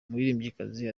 umuririmbyikazi